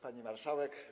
Pani Marszałek!